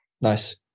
Nice